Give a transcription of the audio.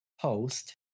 post